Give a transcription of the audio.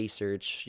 search